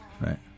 right